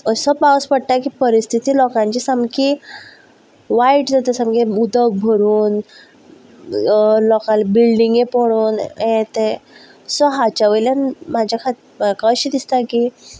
असो पावस पडटा की परिस्थिती लोकांची सामकी वायट जाता सामके उदक भरून लोकांले बिल्डींगी पडून हें तें सो हाचे वयल्यान म्हजे खातीर म्हाका अशें दिसता की